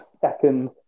second